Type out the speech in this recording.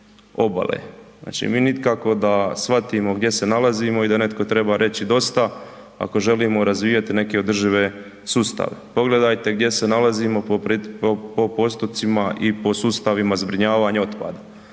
obale. Znači, mi nikako da shvatim gdje se nalazimo i da netko treba reći dosta ako želimo razvijati neke održive sustave. Pogledajte gdje se nalazimo po postocima i po sustavima zbrinjavanja otpada?